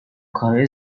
کارای